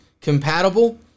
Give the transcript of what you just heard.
compatible